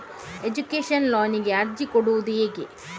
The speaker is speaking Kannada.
ಎಜುಕೇಶನ್ ಲೋನಿಗೆ ಅರ್ಜಿ ಕೊಡೂದು ಹೇಗೆ?